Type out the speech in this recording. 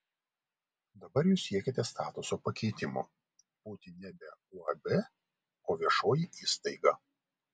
dabar jūs siekiate statuso pakeitimo būti nebe uab o viešoji įstaiga